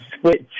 switch